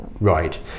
Right